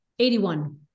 81